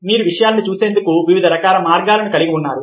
మీరు విషయాలను చూసేందుకు వివిధ మార్గాలను కలిగి ఉన్నారు